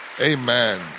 Amen